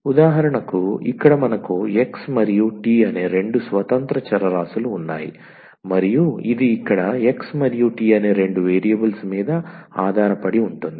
ఉదాహరణకు ఇక్కడ మనకు x మరియు t అనే రెండు స్వతంత్ర చరరాశులు ఉన్నాయి మరియు ఇది ఇక్కడ x మరియు t అనే రెండు వేరియబుల్స్ మీద ఆధారపడి ఉంటుంది